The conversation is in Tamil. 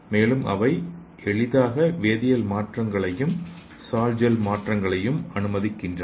மேலும் அவை எளிதாக வேதியியல் மாற்றங்களையும் சோல் ஜெல் மாற்றங்களையும் அனுமதிக்கின்றன